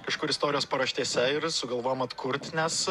kažkur istorijos paraštėse ir sugalvojom atkurt nes